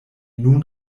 nun